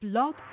Blog